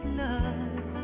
love